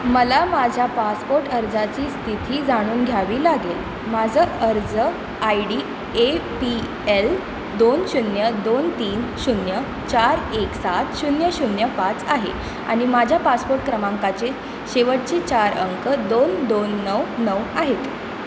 मला माझ्या पासपोर्ट अर्जाची स्थिती जाणून घ्यावी लागेल माझं अर्ज I D A P L दोन शून्य दोन तीन शून्य चार एक सात शून्य शून्य पाच आहे आनि माझ्या पासपोर्ट क्रमांकाचे शेवटचे चार अंक दोन दोन नऊ नऊ आहेत